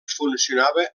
funcionava